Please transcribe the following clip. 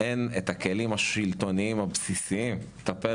אין את הכלים השלטוניים הבסיסיים לטפל